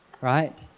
right